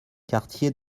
quartier